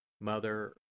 Mother